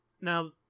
Now